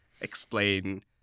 explain